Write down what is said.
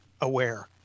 aware